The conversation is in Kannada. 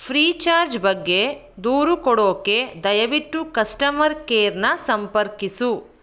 ಫ್ರೀ ಚಾರ್ಜ್ ಬಗ್ಗೆ ದೂರು ಕೊಡೋಕೆ ದಯವಿಟ್ಟು ಕಸ್ಟಮರ್ ಕೇರನ್ನ ಸಂಪರ್ಕಿಸು